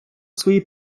свої